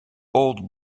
old